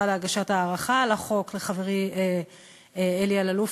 להגשת ההארכה של החוק לחברי אלי אלאלוף,